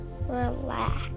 relax